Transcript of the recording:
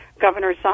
Governor